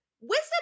Wisdom